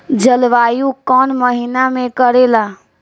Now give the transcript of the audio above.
जलवायु कौन महीना में करेला?